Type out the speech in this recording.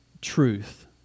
truth